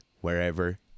wherever